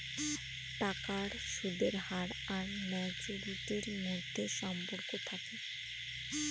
টাকার সুদের হার আর ম্যাচুরিটির মধ্যে সম্পর্ক থাকে